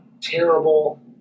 terrible